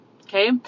Okay